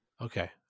Okay